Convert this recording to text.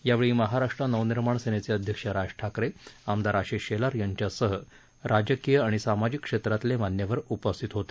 यावेळी महाराष्ट्र नवनिर्माण सेनेचे अध्यक्ष राज ठाकरे आमदार आशिष शेलार यांच्यासह राजकीय आणि सामाजिक क्षेत्रातले मान्यवर उपस्थित होते